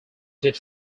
did